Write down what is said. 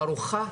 בארוחה,